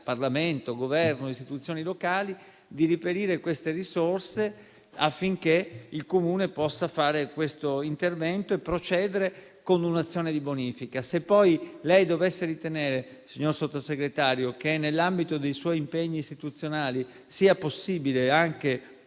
Parlamento, come Governo e istituzioni locali, di reperire le risorse affinché il Comune possa intervenire e procedere con un'azione di bonifica. Se poi dovesse ritenere, signor Sottosegretario, che nell'ambito dei suoi impegni istituzionali sia possibile anche